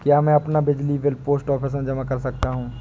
क्या मैं अपना बिजली बिल पोस्ट ऑफिस में जमा कर सकता हूँ?